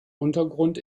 untergrund